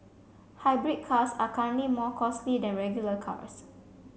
hybrid cars are currently more costly than regular cars